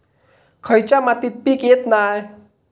खयच्या मातीत पीक येत नाय?